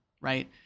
right